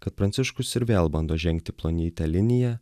kad pranciškus ir vėl bando žengti plonyte linija